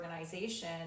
organization